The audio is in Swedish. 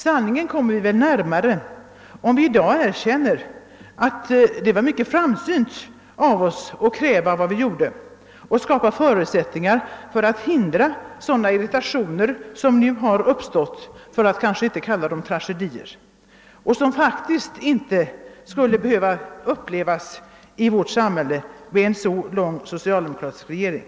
Sanningen kommer man närmare om man erkänner att det var mycket framsynt av oss att kräva vad vi gjorde och försöka skapa förutsättningar för att hindra sådana irritationer — för att inte säga tragedier — som nu har uppstått och som faktiskt inte skulle behöva uppstå i vårt samhälle, där det så länge funnits en socialdemokratisk regering.